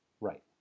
Right